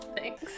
Thanks